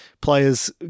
players